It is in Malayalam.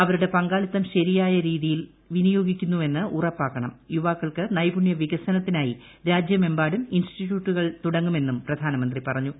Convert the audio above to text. അവരുടെ പങ്കാളിത്തം ശരിയായ രീതിയിൽ വിനിയോഗിക്കുന്നുവെന്ന് ഉറപ്പാക്കണം യുവാക്കൾക്ക് നൈപുണൃ വികസനത്തിനായി രാജ്യമെമ്പാടും ഇൻസ്റ്റിറ്റ്യൂട്ടുകൾ തുടങ്ങുമെന്നും പ്രധാനമന്ത്രി പറഞ്ഞു